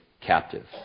captive